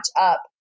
up